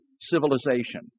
civilization